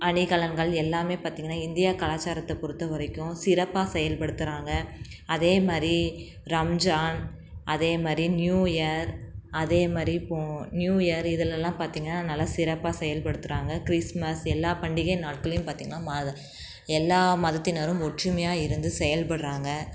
அணிகலன்கள் எல்லாமே பார்த்தீங்கன்னா இந்தியா கலாச்சாரத்தை பொருத்த வரைக்கும் சிறப்பாக செயல்படுத்துறாங்க அதே மாதிரி ரம்ஜான் அதே மாதிரி நியூ இயர் அதே மாதிரி பொ நியூ இயர் இதுலெல்லா பார்த்தீங்கன்னா நல்லா சிறப்பா செயல்படுத்துறாங்க கிறிஸ்மஸ் எல்லா பண்டிகை நாட்களையும் பார்த்தீங்கன்னா மத எல்லா மதத்தினரும் ஒற்றுமையாக இருந்து செயல்படறாங்க